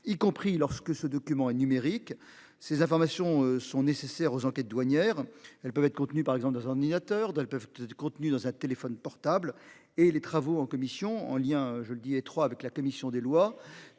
y compris lorsque ce document et numérique. Ces informations sont nécessaires aux enquêtes douanières elles peuvent être contenus par exemple des ordinateurs Dell peuvent être contenue dans un téléphone portable et les travaux en commission en lien, je le dis étroit avec la commission des lois